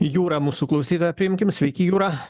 jūra mūsų klausytoja priimkim sveiki jūra